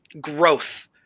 growth